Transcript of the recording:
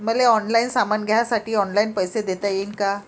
मले ऑनलाईन सामान घ्यासाठी ऑनलाईन पैसे देता येईन का?